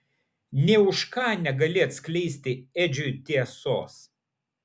nė už ką negali atskleisti edžiui tiesos